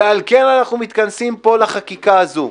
ועל כן אנחנו מתכנסים פה לחקיקה הזו.